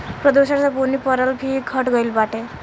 प्रदूषण से बुनी परल भी घट गइल बाटे